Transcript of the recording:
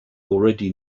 already